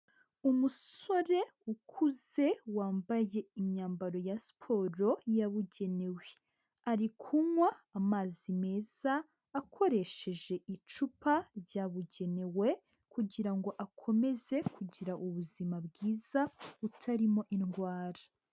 Umusore ukuze wambaye imyambaro ya siporo yabugenewe, ari kunywa amazi meza akoresheje icupa ryabugenewe kugira ngo akomeze kugira ubuzima bwiza butarimo indwara.